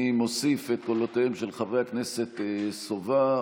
אני מוסיף את קולותיהם של חברי הכנסת סובה,